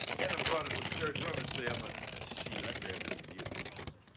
edda brought it for the church rummage sell, but shoot, i grabbed it for you. thank you.